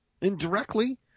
indirectly